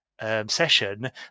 session